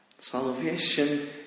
Salvation